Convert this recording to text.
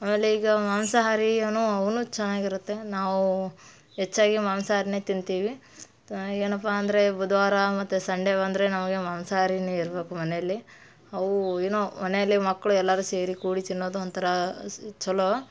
ಆಮೇಲೆ ಈಗ ಮಾಂಸಹಾರೀನೂ ಅವು ಚೆನ್ನಾಗಿರುತ್ತೆ ನಾವು ಹೆಚ್ಚಾಗಿ ಮಾಂಸಹಾರಿನ್ನೇ ತಿಂತೀವಿ ಏನಪ್ಪ ಅಂದರೆ ಬುಧವಾರ ಮತ್ತು ಸಂಡೆ ಬಂದರೆ ನಮಗೆ ಮಾಂಸಹಾರಿಯೇ ಇರ್ಬೇಕು ಮನೆಯಲ್ಲಿ ಅವು ಏನೋ ಮನೆಯಲ್ಲಿ ಮಕ್ಕಳು ಎಲ್ಲರೂ ಸೇರಿ ಕೂಡಿ ತಿನ್ನೋದು ಒಂಥರ ಸ್ ಚೊಲೋ